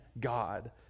God